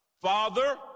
Father